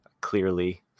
clearly